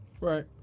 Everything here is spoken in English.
Right